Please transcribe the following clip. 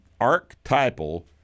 archetypal